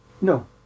no